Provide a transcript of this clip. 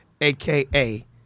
aka